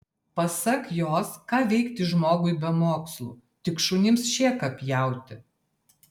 pasak jos ką veikti žmogui be mokslų tik šunims šėką pjauti